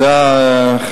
אדוני, בבקשה.